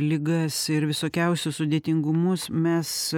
ligas ir visokiausius sudėtingumus mes